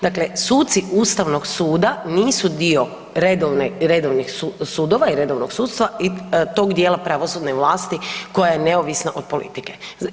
Dakle, suci Ustavnog suda nisu dio redovnih sudova i redovnog sudstva i tog dijela pravosudne vlasti koja je neovisna od politike.